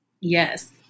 Yes